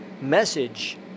message